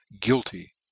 guilty